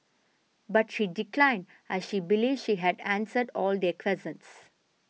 but she declined as she believes she had answered all their questions